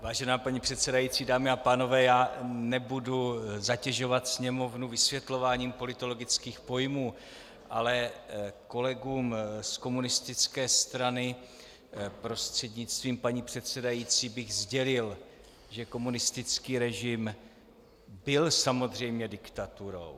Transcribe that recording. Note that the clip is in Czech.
Vážená paní předsedající, dámy a pánové, nebudu zatěžovat Sněmovnu vysvětlováním politologických pojmů, ale kolegům z komunistické strany prostřednictvím paní předsedající bych sdělil, že komunistický režim byl samozřejmě diktaturou.